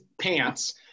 pants